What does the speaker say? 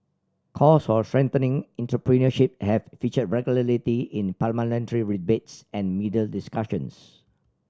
calls for strengthening entrepreneurship have featured regularly in parliamentary debates and media discussions